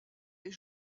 des